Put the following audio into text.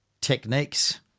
techniques